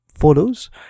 photos